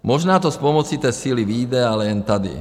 Možná to s pomocí té síly vyjde, ale jen tady.